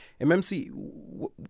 MMC